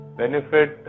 benefit